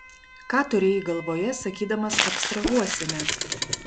ką turėjai galvoje sakydamas abstrahuosime